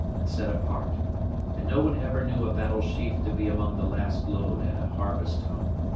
and set apart and no one ever knew a battle sheaf to be among the last load at a harvest home.